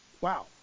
Wow